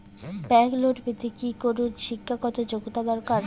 Bank loan পেতে কি কোনো শিক্ষা গত যোগ্য দরকার?